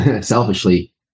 selfishly